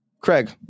Craig